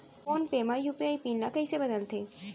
Phone पे म UPI PIN ल कइसे बदलथे?